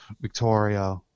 Victoria